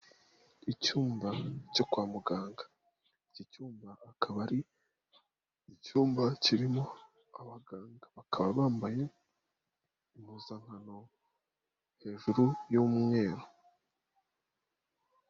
Icyumba cyo kwa muganga, iki cyumba akaba ari icyumba kirimo abaganga bakaba bambaye impuzankano hejuru y'umweru.